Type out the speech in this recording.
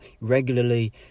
regularly